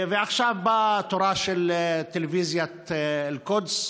ועכשיו בא תורה של טלוויזיית אל-קודס,